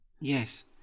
Yes